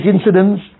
incidents